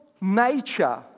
nature